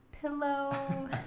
pillow